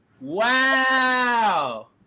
Wow